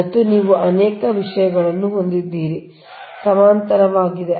ಮತ್ತು ನೀವು ಅನೇಕ ವಿಷಯಗಳನ್ನು ಹೊಂದಿದ್ದರೆ ಸಮಾನಾಂತರವಾಗಿರುತ್ತವೆ